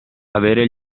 avere